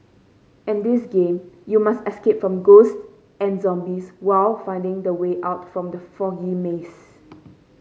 in this game you must escape from ghost and zombies while finding the way out from the foggy maze